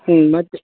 ಹ್ಞೂ ಮತ್ತೆ